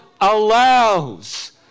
allows